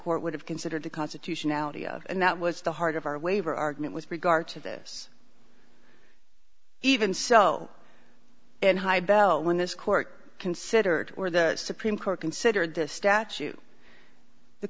court would have considered the constitutionality of and that was the heart of our waiver argument with regard to this even so and high bell when this court considered or the supreme court considered this statute the